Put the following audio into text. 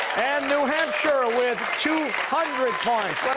and new hampshire with two hundred points.